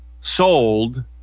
sold